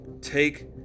take